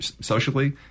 socially